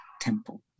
temple